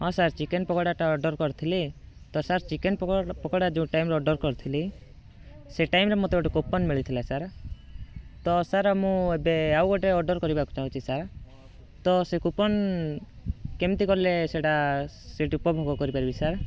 ହଁ sir chicken pakora ଟା order କରିଥିଲି ତ ସାର୍ ଚିକେନ୍ ପକୋଡ଼ା ଯେଉଁ ଟାଇମ୍ରେ ଅର୍ଡ଼ର କରିଥିଲି ସେ ଟାଇମ୍ରେ ମୋତେ ଗୋଟେ କୁପନ୍ ମିଳିଥିଲା ସାର୍ ତ ସାର୍ ମୁଁ ଏବେ ଆଉ ଗୋଟେ ଅର୍ଡ଼ର କରିବାକୁ ଚାହୁଁଛି ସାର୍ ତ ସେ କୁପନ୍ କେମିତି କଲେ ସେଇଟା ସେଠୁ ଉପଭୋଗ କରିପାରିବି ସାର୍